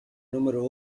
número